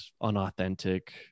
unauthentic